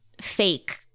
fake